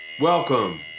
Welcome